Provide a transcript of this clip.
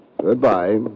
Goodbye